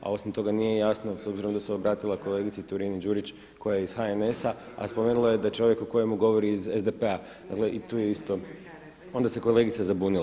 A osim toga nije jasno s obzirom da s obratila kolegici Turina-Đurić koja je iz HNS-a, a spomenula je da čovjek o kojem govori je iz SDP-a, dakle i tu je isto. … [[Upadica se ne razumije. …]] Onda se kolegica zabunila.